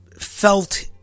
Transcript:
felt